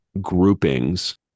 groupings